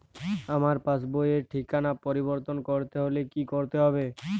আমার পাসবই র ঠিকানা পরিবর্তন করতে হলে কী করতে হবে?